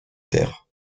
terre